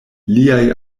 liaj